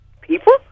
people